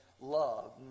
Love